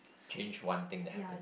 change one thing that happen